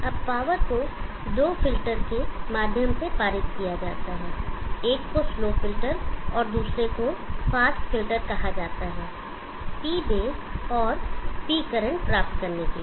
अब पावर को दो फिल्टर के माध्यम से पारित किया जाता है एक को स्लो फिल्टर और दूसरे को फास्ट फिल्टर कहा जाता है P बेस और P करंट प्राप्त करने के लिए